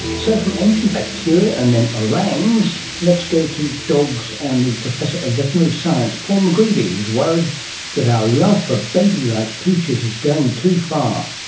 so from ancient bacteria and then orangs, let's go to dogs and the professor of veterinary science paul mcgreevy, who is worried about our love for baby-like pooches is going too far.